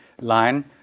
line